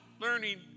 learning